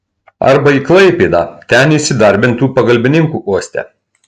arba į klaipėdą ten įsidarbintų pagalbininku uoste